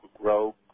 grow